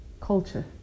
culture